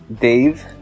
dave